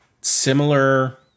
similar